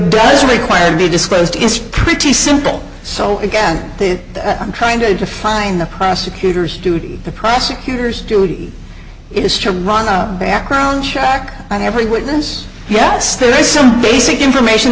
does require to be disclosed is pretty simple so again i'm trying to find the prosecutor's duty the prosecutor's duty is to run a background check on every witness yes there is some basic information